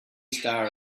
star